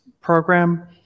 program